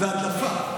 זו הדלפה.